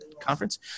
conference